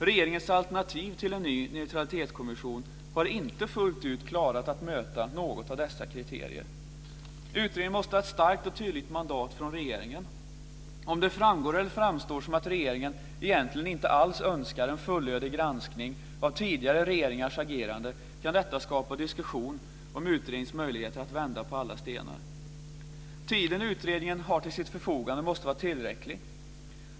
Regeringens alternativ till en ny neutralitetskommission har inte fullt ut klarat att möta något av dessa kriterier. · Utredningen måste ha ett starkt och tydligt mandat från regeringen. Om det framgår eller framstår som att regeringen egentligen inte alls önskar en fullödig granskning av tidigare regeringars agerande kan detta skapa diskussion om utredningens möjligheter att vända på alla stenar. · Tiden utredningen har till sitt förfogande måste vara tillräcklig.